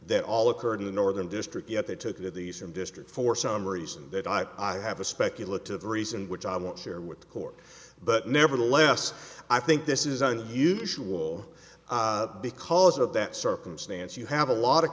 that all occurred in the northern district yet they took at the same district for some reason that i have a speculative reason which i won't share with the court but nevertheless i think this is unusual because of that circumstance you have a lot of